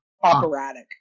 Operatic